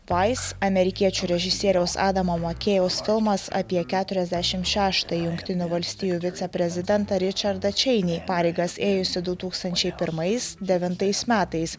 vais amerikiečių režisieriaus adamo makėjaus filmas apie keturiasdešimt šeštąjį jungtinių valstijų viceprezidentą ričardą čeinį pareigas ėjusio du tūkstančiai pirmais devintais metais